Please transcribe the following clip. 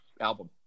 album